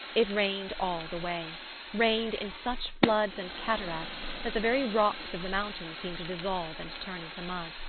it rained all the way rained in such floods and cataracts that the very rocks of the mountain seemed to dissolve and turn into mud.